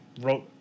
wrote